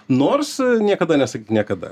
nors niekada nesakyk niekada